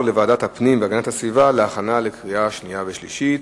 לוועדת הפנים והגנת הסביבה להכנה לקריאה שנייה ושלישית.